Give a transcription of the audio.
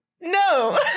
no